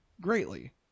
greatly